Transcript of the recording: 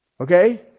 okay